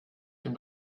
dem